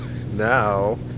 now